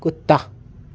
कुत्ता